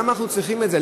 למה אנחנו צריכים את זה?